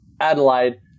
Adelaide